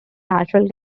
natural